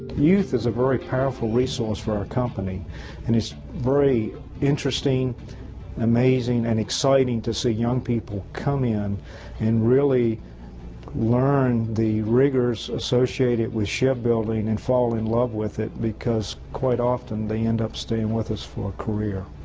youth is a very powerful resource for our company and it's very interesting, an amazing, and exciting to see young people come in and really learn the rigors associated with ship building and fall in love with it because quite often, they end ah unstaying with us for a career.